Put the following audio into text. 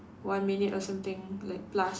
one minute or something like plus